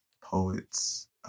poets